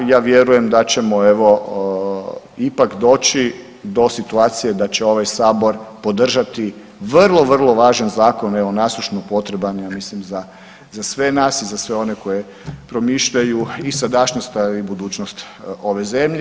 Ja vjerujem da ćemo evo ipak doći do situacije da će ovaj Sabor podržati vrlo, vrlo važan zakon evo nasušno potreban ja mislim za sve nas i za sve one koji promišljaji i sadašnjost i budućnost ove zemlje.